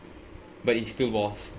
but it still was